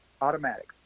automatic